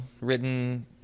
written